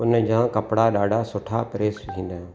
उनजा कपिड़ा ॾाढा सुठा प्रेस थींदा आहिनि